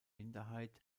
minderheit